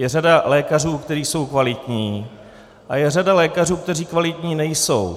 Je řada lékařů, kteří jsou kvalitní, a je řada lékařů, kteří kvalitní nejsou.